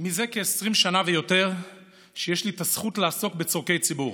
זה 20 שנה ויותר שיש לי את הזכות לעסוק בצורכי ציבור,